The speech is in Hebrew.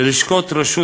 ללשכות רשות